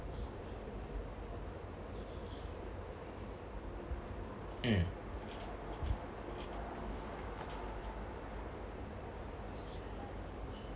mm